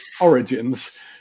origins